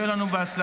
שיהיה לנו בהצלחה.